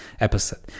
episode